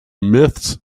myths